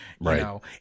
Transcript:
Right